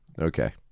okay